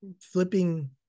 flipping